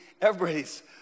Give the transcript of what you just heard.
everybody's